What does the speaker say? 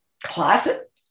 closet